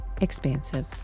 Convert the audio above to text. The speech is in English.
expansive